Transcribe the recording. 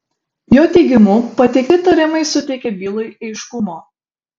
jo teigimu pateikti įtarimai suteikia bylai aiškumo